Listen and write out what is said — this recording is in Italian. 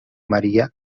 maria